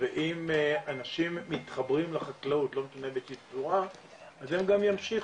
ואם אנשים מתחברים לחקלאות, אז הם גם ימשיכו.